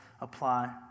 apply